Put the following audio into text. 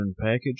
Package